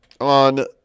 on